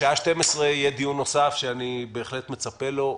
בשעה 12:00 יהיה דיון נוסף, שאני בהחלט מצפה לו.